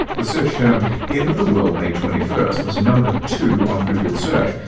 the search term end of the world may twenty first was number two on google search,